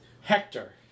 Hector